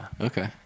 okay